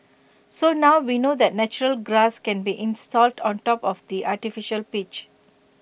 so now we know that natural grass can be installed on top of the artificial pitch